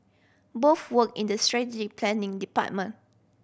both worked in the strategic planning department